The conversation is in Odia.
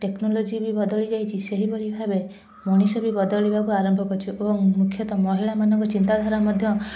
ଟେକ୍ନୋଲୋଜି ବି ବଦଳିଯାଇଛି ସେହି ଭଳି ଭାବେ ମଣିଷ ବି ବଦଳିବାକୁ ଆରମ୍ଭ କରିଛି ଓ ମୁଖ୍ୟତଃ ମହିଳାମାନଙ୍କ ଚିନ୍ତାଧାରା ମଧ୍ୟ